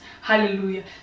Hallelujah